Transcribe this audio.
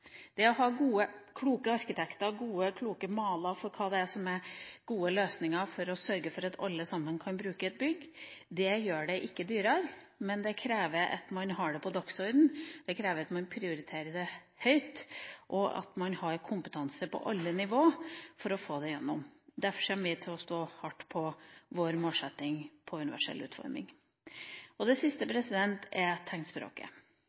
Det å ha gode, kloke arkitekter og gode, kloke maler for hva som er gode løsninger for å sørge for at alle kan bruke et bygg, gjør det ikke dyrere. Men det krever at man har det på dagsordenen, det krever at man prioriterer det høyt, og at man har kompetanse på alle nivåer for å få det igjennom. Derfor kommer vi til å stå hardt på vår målsetting om universell utforming. Det siste er tegnspråket.